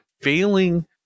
failing